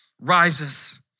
rises